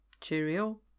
Cheerio